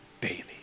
daily